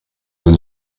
the